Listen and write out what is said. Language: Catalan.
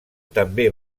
també